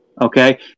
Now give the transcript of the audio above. Okay